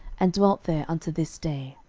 and dwelt there unto this day.